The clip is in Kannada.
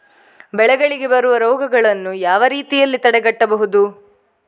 ಬೆಳೆಗಳಿಗೆ ಬರುವ ರೋಗಗಳನ್ನು ಯಾವ ರೀತಿಯಲ್ಲಿ ತಡೆಗಟ್ಟಬಹುದು?